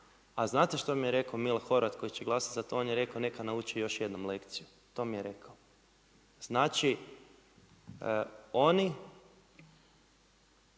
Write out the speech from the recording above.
A znate šta mi je rekao Mile Horvat koji će glasati za to, on je rekao neka nauči još jednom lekciju. To mi je rekao. Znači oni,